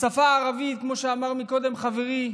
השפה הערבית, כמו שאמר קודם חברי,